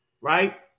right